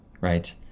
right